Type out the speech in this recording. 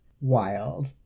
wild